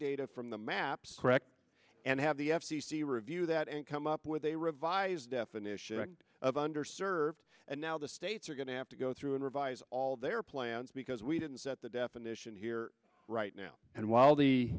data from the maps correct and have the f c c review that and come up with a revised definition of under served and now the states are going to have to go through and revise all their plans because we didn't set the definition here right now and while the